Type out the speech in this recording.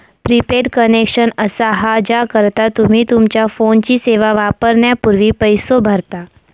prepaid connection असा हा ज्याकरता तुम्ही तुमच्यो फोनची सेवा वापरण्यापूर्वी पैसो भरता